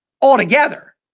altogether